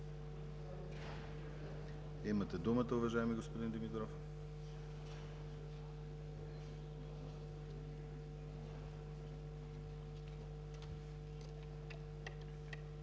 Имате думата, уважаеми господин Димитров.